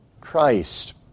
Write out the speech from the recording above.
Christ